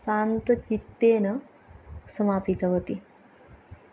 शान्तचित्तेन समापितवती